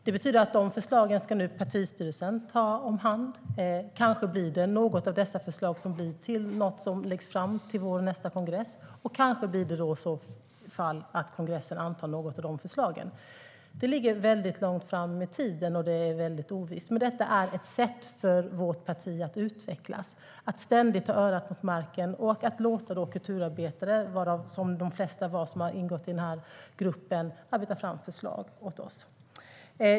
Det betyder att partistyrelsen nu ska ta hand om de förslagen. Kanske läggs något av dessa förslag fram till vår nästa kongress, och kanske antar i så fall kongressen något av förslagen. Det ligger långt fram i tiden och är ovisst, men detta är ett sätt för vårt parti att utvecklas, att ständigt ha örat mot marken och låta kulturarbetare, som de flesta var som ingick i den här gruppen, arbeta fram förslag åt oss.